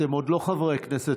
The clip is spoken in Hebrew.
אתם עוד לא חברי כנסת.